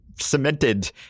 cemented